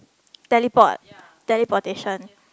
teleport teleportation